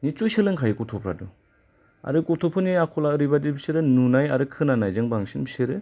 निस्सय सोलोंखायो गथ'फ्राथ' आरो गथ'फोरनि आखला ओरैबादि बिसोरो नुनाय खोनानायजों बांसिन बिसोरो